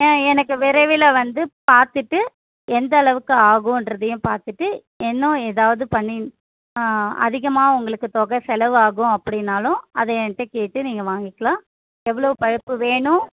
ஆ எனக்கு விரைவில் வந்து பார்த்துட்டு எந்தளவுக்கு ஆகுன்றதையும் பார்த்துட்டு இன்னும் ஏதாவது பண்ணி அதிகமாக உங்களுக்கு தொகை செலவாகும் அப்படின்னாலும் அதை என்கிட்ட கேட்டு நீங்கள் வாங்கிக்கலாம் எவ்வளோ பைப்பு வேணும்